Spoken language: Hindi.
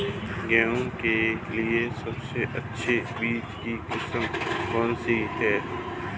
गेहूँ के लिए सबसे अच्छी बीज की किस्म कौनसी है?